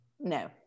No